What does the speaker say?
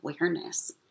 awareness